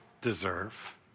deserve